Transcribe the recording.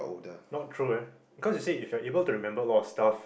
not true ah cause you see if you are able to remember a lot of stuff